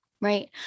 right